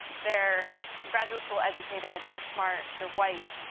they're graduate school educated, they're smart, they're white,